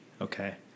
Okay